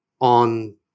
on